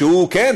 שכן,